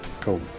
Cool